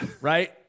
right